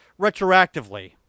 retroactively